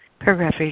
Paragraph